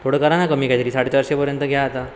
थोडं करा ना कमी काहीतरी साडे चारशेपर्यंत घ्या आता